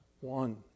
one